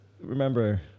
remember